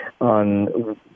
on